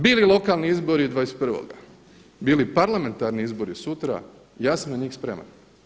Bili lokalni izbori 21., bili parlamentarni izbori sutra, ja sam na njih spreman.